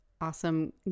awesome